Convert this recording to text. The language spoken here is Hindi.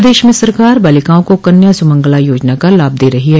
प्रदेश में सरकार बालिकाओं को कन्या सुमंगला याजना का लाभ दे रही है